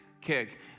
kick